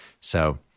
so-